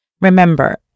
Remember